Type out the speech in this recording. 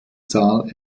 zahl